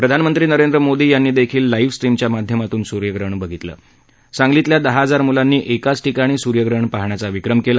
प्रधानमंत्री नरेंद्र मोदी यांनी देखील लाईव्ह स्ट्रीम च्या माध्यमात्न स्र्यग्रहण बघितलं सांगलीतल्या दहा हजार म्लांनी एकाच ठिकाणी सूर्यग्रहण पाहण्याचा विक्रम केला